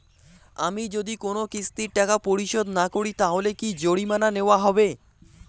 আমি যদি কোন কিস্তির টাকা পরিশোধ না করি তাহলে কি জরিমানা নেওয়া হবে?